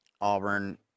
Auburn